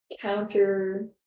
counter